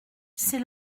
c’est